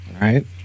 Right